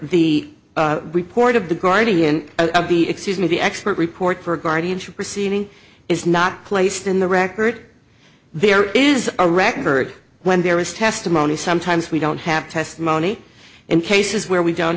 where the report of the guardian of the excuse me the expert report for guardianship proceeding is not placed in the record there is a record when there is testimony sometimes we don't have testimony in cases where we don't